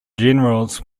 generals